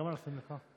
כמה לשים לך?